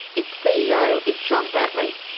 its ceo is john bradley.